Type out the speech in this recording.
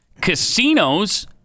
Casinos